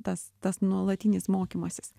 tas tas nuolatinis mokymasis